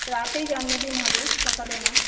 রাতেই জন্মদিন হবে সকালে না